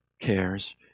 cares